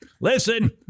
Listen